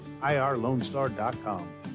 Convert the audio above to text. IRLoneStar.com